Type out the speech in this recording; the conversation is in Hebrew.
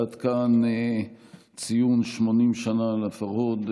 עד כאן ציון 80 שנה לפרהוד,